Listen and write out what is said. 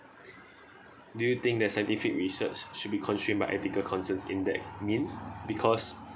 do you think that scientific research should be constrained by ethical concerns in that mean because